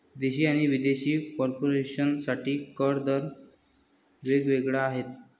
देशी आणि विदेशी कॉर्पोरेशन साठी कर दर वेग वेगळे आहेत